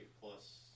plus